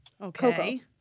Okay